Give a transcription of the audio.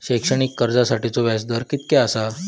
शैक्षणिक कर्जासाठीचो व्याज दर कितक्या आसा?